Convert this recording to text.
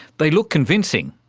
they look convincing.